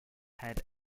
had